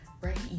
right